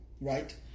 right